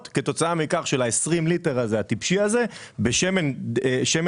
במאות אלפי יחידות כתוצאה מ-20 הליטר הטיפשי הזה